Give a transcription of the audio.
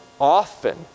often